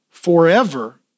forever